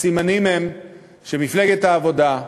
הסימנים הם שמפלגת העבודה,